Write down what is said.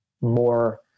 more